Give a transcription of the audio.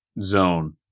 zone